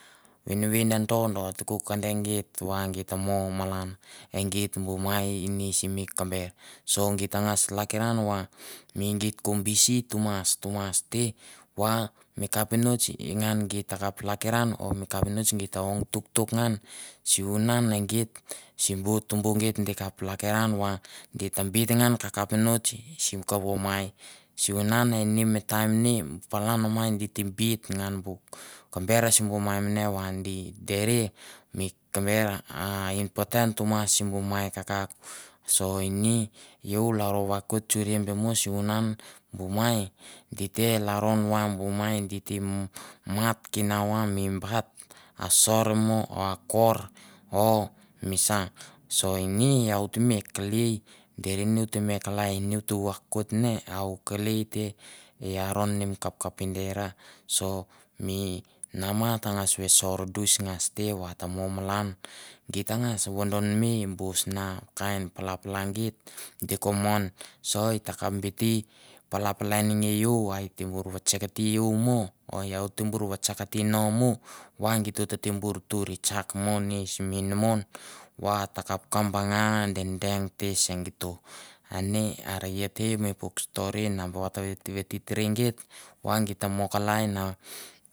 Vinvindon a te ko kenda geit ta mo malan e geit bu mai ini simi kamber. So git ta ngas tlakiran va ni gait ko bisi tumastumas te va mi kapinots ngan va git ta kap tlakiran o mi kapinots i ta ong tuktuk ngan, sivunan e geit simbu tumbu geit di kap lakiran va di ta bit ngan ka kapinots sikovo mai sivunan eni mi taim ni palan mai di bit nga bu kamber simbu maimane va di tere mi kamber a important tumas simbu mai mai kakauk. So ini iou u lalaro vakoit suria be mo sivunan bu mai di te laloron va bu mai di te mat inau va mi bat a sor mo oa kor o misa, so ini iau te me kelei deri ne o te me kalai ne out vakoit ne au kelei te te i aron ne mi kapkapidena, so mi nama ta ngas ve sor duis ngas te va ta mo malan git ta ngas vodonme bu sina kain pala pala geit di ko mon. so ita kap biti palapalan nge iau. a et te bor vetsekti iau mo o iau te bor vetsakte no mo. va gito tebor tuir tsak mo ni simi inamo va takap ka banga dedeng te se gito. A ne are ia te puk stori na vatavetitiria geit va geit ra geit ta mo kalai na.